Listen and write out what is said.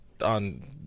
on